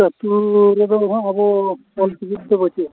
ᱟᱛᱳ ᱨᱮᱫᱚ ᱦᱟᱸᱜ ᱟᱵᱚ ᱚᱞᱪᱤᱠᱤ ᱛᱮᱫᱚ ᱵᱟᱹᱪᱩᱜᱼᱟ